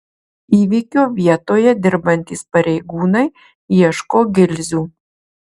įvykio vietoje dirbantys pareigūnai ieško gilzių